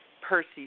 Percy